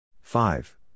Five